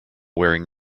wearing